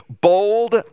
bold